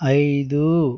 ఐదు